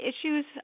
Issues